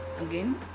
again